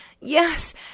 yes